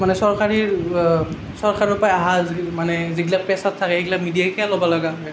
মানে চৰকাৰীৰ চৰকাৰৰ পৰা অহা যি মানে যিবিলাক পেছাত থাকে সেইবিলাক মিডিয়াই কিয় লব লগা হয়